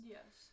Yes